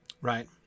Right